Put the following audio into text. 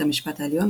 בית המשפט העליון,